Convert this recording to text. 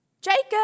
Jacob